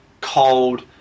cold